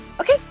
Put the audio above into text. Okay